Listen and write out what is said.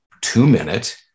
two-minute